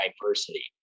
diversity